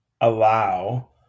allow